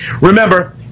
Remember